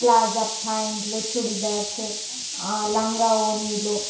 plaza పాయింట్లు చుడిదార్స్ లంగా ఓణీలు